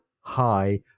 high